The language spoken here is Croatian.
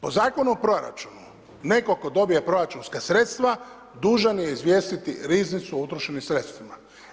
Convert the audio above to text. Po Zakonu o proračunu, netko tko dobije proračunska sredstva dužan je izvijestiti riznicu o utrošenim sredstvima.